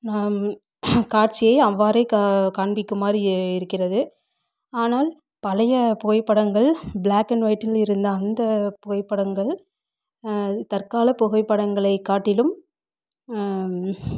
நாம் காட்சியை அவ்வாறு கா காண்பிக்குமாறு இ இருக்கிறது ஆனால் பழைய புகைப்படங்கள் ப்ளாக் அண்ட் வொயிட்டில் இருந்த அந்த புகைப்படங்கள் தற்கால புகைப்படங்களை காட்டிலும்